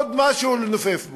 עוד משהו לנופף בו.